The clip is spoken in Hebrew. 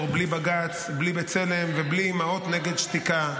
בלי בג"ץ ובלי בצלם ובלי אימהות נגד שתיקה,